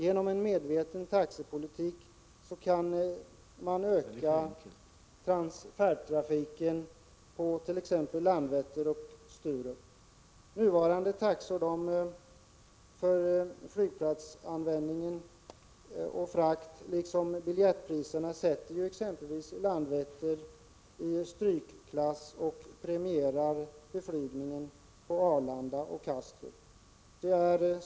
Genom en medveten taxepolitik kan man öka färdtrafiken på t.ex. Landvetter och Sturup. Nu gällande taxor för flygplatsanvändning och för frakt, liksom i fråga om biljettpriserna, sätter exempelvis Landvetter i strykklass och premierar beflygningen på Arlanda och Kastrup.